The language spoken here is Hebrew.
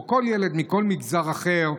או כל ילד מכל מגזר אחר,